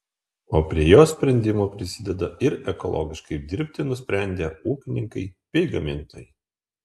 o prie jos sprendimo prisideda ir ekologiškai dirbti nusprendę ūkininkai bei gamintojai